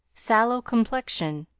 sallow complexion.